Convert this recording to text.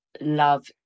love